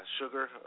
sugar